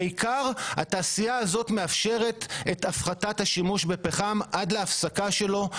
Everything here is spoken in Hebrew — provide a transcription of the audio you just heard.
התעשייה הזאת מאפשרת את הפחתת השימוש בפחם עד להפסקה שלו,